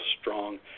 strong